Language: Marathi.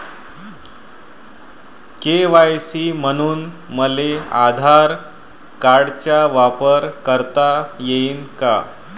के.वाय.सी म्हनून मले आधार कार्डाचा वापर करता येईन का?